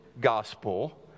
gospel